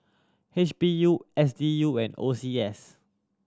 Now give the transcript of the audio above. H P U S D U and O C S